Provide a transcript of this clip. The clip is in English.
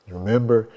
Remember